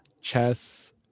chess